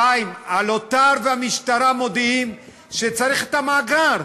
1. הלוט"ר והמשטרה מודיעים שצריך את המאגר,